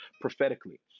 prophetically